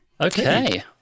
Okay